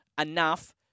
enough